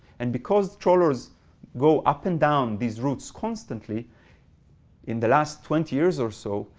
and because trawlers go up and down these routes constantly in the last twenty years or so,